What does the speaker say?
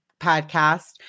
podcast